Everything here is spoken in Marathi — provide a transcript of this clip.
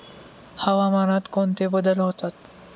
हवामानात कोणते बदल होतात?